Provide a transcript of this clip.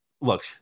look